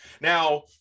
now